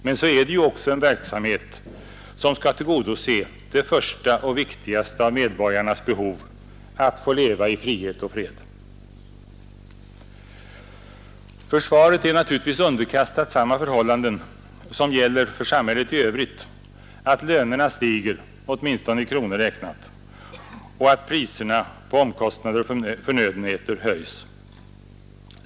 Men så är det ju också en verksamhet som skall tillgodose det första och viktigaste av medborgarnas behov: att få leva i frihet och fred. Försvaret är naturligtvis underkastat samma förhållanden som gäller för samhället i övrigt, att lönerna stiger — åtminstone i kronor räknat — och att priserna på förnödenheter höjs.